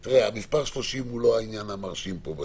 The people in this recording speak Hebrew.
המספר 30 הוא לא העניין המרשים פה בעניין.